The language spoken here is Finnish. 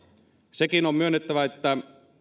sekin on myönnettävä että